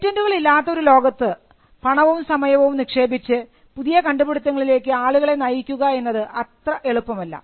പേറ്റന്റുകൾ ഇല്ലാത്ത ഒരു ലോകത്ത് പണവും സമയവും നിക്ഷേപിച്ച് പുതിയ കണ്ടുപിടിത്തങ്ങളിലേക്ക് ആളുകളെ നയിക്കുക എന്നത് അത്ര എളുപ്പമല്ല